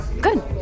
Good